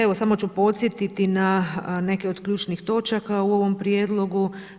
Evo samo ću podsjetiti na neke od ključnih točaka u ovom prijedlogu.